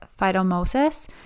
phytomosis